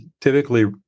typically